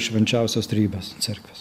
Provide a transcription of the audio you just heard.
švenčiausios trejybės cerkvės